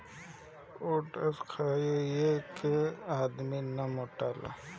oats खाए से आदमी ना मोटाला